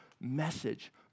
message